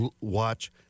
watch